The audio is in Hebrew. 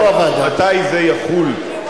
אלא מתי זה יחול,